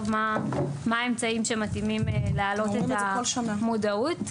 מה האמצעים שמתאימים לעלות את המודעות.